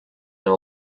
and